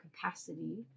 capacity